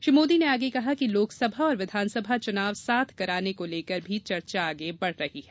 श्री मोदी ने आगे कहा कि लोकसभा और विघानसभा चुनाव साथ कराने को लेकर भी चर्चा आगे बढ़ रही है